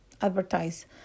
advertise